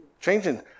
Changing